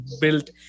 built